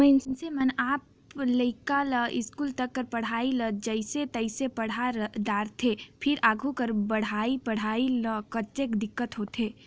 मइनसे मन अपन लइका ल इस्कूल तक कर पढ़ई ल जइसे तइसे पड़हा डारथे फेर आघु कर बड़का पड़हई म काहेच दिक्कत होथे